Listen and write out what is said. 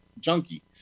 Junkie